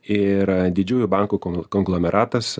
ir didžiųjų bankų kon konglomeratas